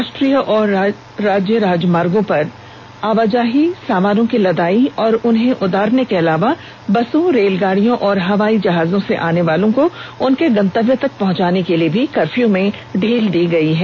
राष्ट्रीय और राज्य राजमार्गों पर आवाजाही सामानों की लदाई और उन्हें उतारने के अलावा बसों रेलगाड़ियों और हवाई जहाजों से आने वालों को उनके गंतव्य तक पहुंचाने के लिए भी कर्फ्यू में ढील दी गई है